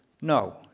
no